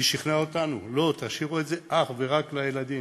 היא שכנעה אותנו: לא, תשאירו את זה אך ורק לילדים.